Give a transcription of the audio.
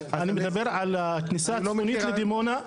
אני מדבר על הכניסה הצפונית לדימונה.